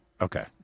Okay